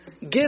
give